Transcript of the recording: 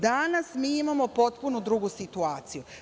Danas mi imamo potpuno drugu situaciju.